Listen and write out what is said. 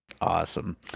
awesome